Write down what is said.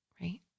right